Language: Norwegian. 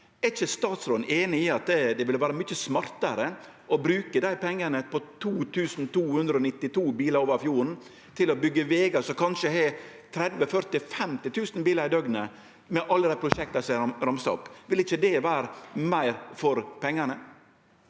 Er ikkje statsråden einig i at det ville vore mykje smartare å bruke dei pengane – 2 292 bilar over fjorden – til å byggje vegar som kanskje har 30 000– 50 000 bilar i døgnet, til alle dei prosjekta som eg har ramsa opp? Ville ikkje det vere meir veg for pengane?